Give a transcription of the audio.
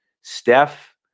Steph